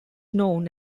known